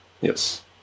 Yes